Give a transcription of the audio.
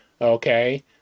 Okay